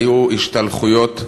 היו השתלחויות,